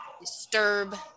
disturb